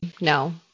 no